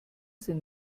sind